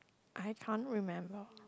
I can't remember